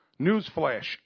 Newsflash